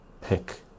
pick